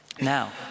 Now